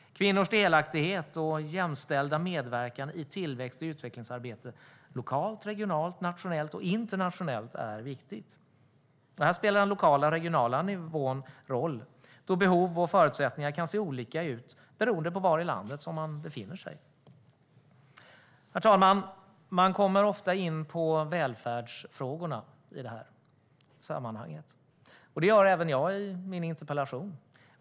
Kvinnors delaktighet och jämställda medverkan i tillväxt och utvecklingsarbetet lokalt, regionalt, nationellt och internationellt är viktig. Den lokala och regionala nivån spelar roll då behov och förutsättningar kan se olika ut beroende på var i landet man befinner sig. Herr talman! Man kommer ofta in på välfärdsfrågorna i det här sammanhanget. Det gör även jag i min interpellation.